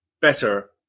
better